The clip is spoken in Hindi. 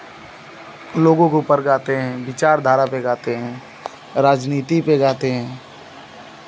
लोगों के ऊपर गाते हैं विचारधारा पे गाते हैं राजनीति पे गाते हैं